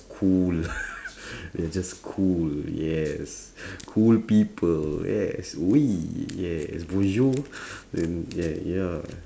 cool they're just cool yes cool people yes oui yes bonjour then like ya